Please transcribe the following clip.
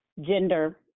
gender